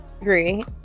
agree